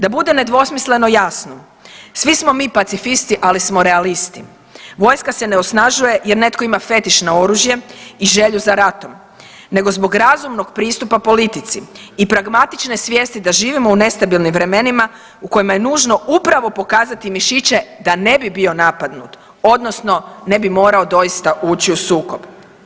Da bude nedvosmisleno jasno, svi smo mi pacifisti, ali smo realisti, vojska se ne osnažuje jer netko ima fetiš na oružje i želju za ratom, nego zbog razumnog pristupa politici i pragmatične svijesti da živimo u nestabilnim vremenima u kojima je nužno upravo pokazati mišiće da ne bi bio napadnut, odnosno ne bi morao doista ući u sukob.